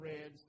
Red